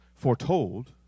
foretold